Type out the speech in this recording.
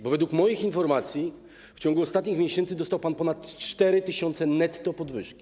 Bo według moich informacji w ciągu ostatnich miesięcy dostał pan ponad 4 tys. netto podwyżki.